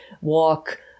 walk